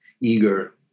eager